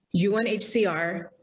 UNHCR